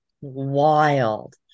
Wild